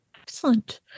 Excellent